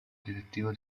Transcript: direttivo